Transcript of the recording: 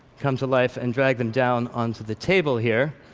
come to life, and drag them down onto the table here.